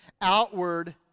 Outward